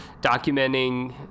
documenting